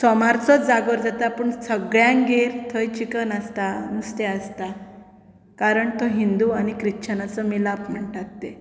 सोमारचोच जागोर जाता पूण सगळ्यांगेर थंय चिकन आसता नुस्तें आसता कारण तो हिंदू आनी क्रिच्चनाचो मेलाप म्हणटा ते